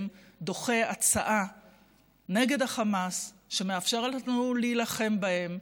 דוחה הצעה נגד החמאס שמאפשרת לנו להילחם בהם,